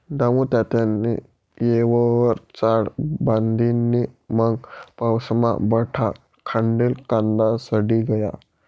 दामुतात्यानी येयवर चाळ बांधी नै मंग पाऊसमा बठा खांडेल कांदा सडी गया